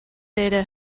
data